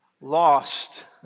Lost